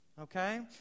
Okay